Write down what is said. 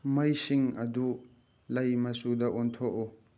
ꯃꯩꯁꯤꯡ ꯑꯗꯨ ꯂꯩ ꯃꯆꯨꯗ ꯑꯣꯟꯊꯣꯛꯎ